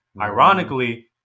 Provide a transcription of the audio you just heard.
Ironically